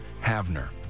Havner